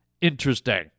interesting